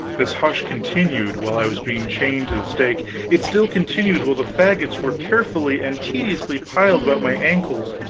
this hush continued while i was being chained to the stake it still continued while the fagots were carefully and tediously piled about my ankles,